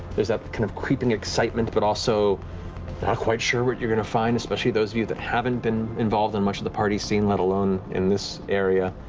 there's that kind of creeping excitement, but also not quite sure what you're going to find, especially those of you that haven't been involved in much of the party scene, let alone in this area.